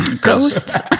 Ghosts